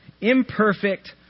imperfect